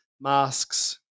masks